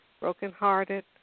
brokenhearted